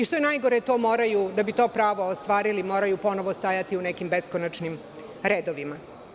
Što je najgore, da bi to pravo ostvarili, moraju ponovo stajati u nekim beskonačnim redovima.